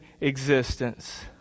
existence